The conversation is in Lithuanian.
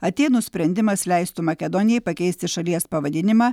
atėnų sprendimas leistų makedonijai pakeisti šalies pavadinimą